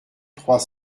trois